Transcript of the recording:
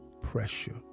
pressure